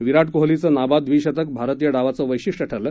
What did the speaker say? विराट कोहलीचं नाबाद द्विशतक भारतीय डावाचं वैशिष्ट्य ठरलं